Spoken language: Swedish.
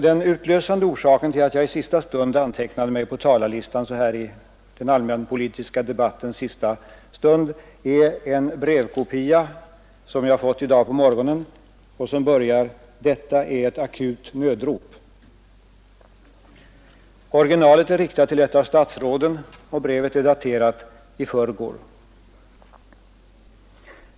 Den utlösande orsaken till att jag i sista stund antecknade mig på talarlistan i den allmänpolitiska debatten är en brevkopia som jag fick i dag på morgonen och som börjar: ”Detta är ett akut nödrop.” Originalet är riktat till ett av statsråden, och brevet är daterat i förrgår.